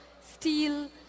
steel